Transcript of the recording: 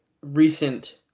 recent